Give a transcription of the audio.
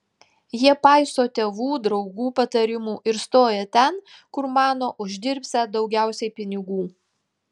jie paiso tėvų draugų patarimų ir stoja ten kur mano uždirbsią daugiausiai pinigų